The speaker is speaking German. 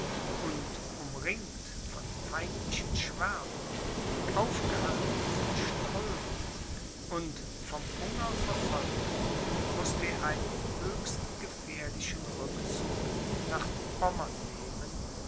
und umringt von feindlichen schwärmen aufgehalten von strömen und vom hunger verfolgt mußte er einen höchst gefährlichen rückzug nach pommern nehmen